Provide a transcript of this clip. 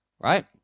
right